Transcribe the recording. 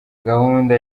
gahunda